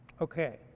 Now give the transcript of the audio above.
Okay